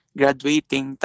graduating